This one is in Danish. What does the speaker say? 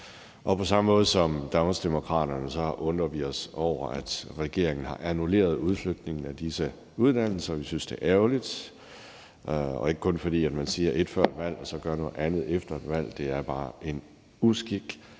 På samme måde som Danmarksdemokraterne undrer vi os også over, at regeringen har annulleret udflytningen af disse uddannelser. Vi synes, det er ærgerligt, og det er ikke kun, fordi man siger et før et valg og så gør noget andet efter et valg – det er bare en uskik.